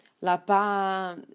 Lapa